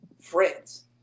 friends